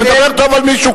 הוא מדבר טוב על מישהו.